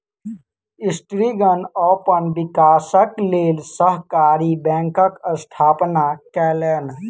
स्त्रीगण अपन विकासक लेल सहकारी बैंकक स्थापना केलैन